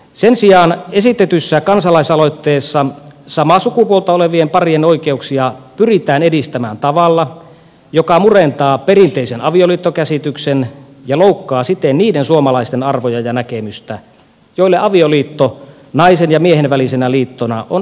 sen sijaan esitetyssä kansalaisaloitteessa samaa sukupuolta olevien parien oikeuksia pyritään edistämään tavalla joka murentaa perinteisen avioliittokäsityksen ja loukkaa siten niiden suomalaisten arvoja ja näkemystä joille avioliitto naisen ja miehen välisenä liittona on erityisen arvokas